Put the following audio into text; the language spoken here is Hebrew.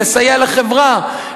לסייע לחברה,